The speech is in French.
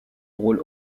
rôle